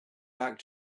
like